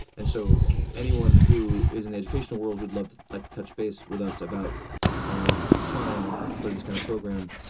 and so anyone who is in the educational world who'd love to like touch base with us about um applying for this kind of program,